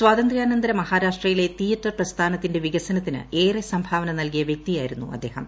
സ്വാതന്ത്ര്യാനന്തര മഹാരാഷ്ട്രയിലെ തീയറ്റർ പ്രസ്ഥാനത്തിന്റെ വികസനത്തിന് ഏറെ സംഭാവന നൽകിയ വ്യക്തിയായിരുന്നു അദ്ദേഹം